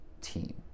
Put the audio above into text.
team